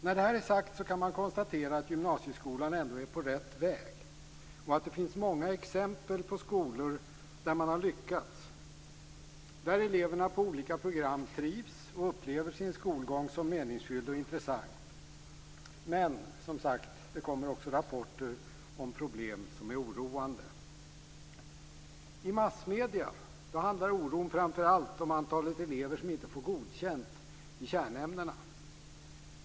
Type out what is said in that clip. När detta är sagt kan man konstatera att gymnasieskolan ändå är på rätt väg och att det finns många exempel på skolor där man har lyckats, där eleverna på olika program trivs och upplever sin skolgång som meningsfylld och intressant. Men det kommer också, som sagt var, rapporter om problem som är oroande. I massmedierna handlar oron framför allt om antalet elever som inte får godkänt i kärnämnena.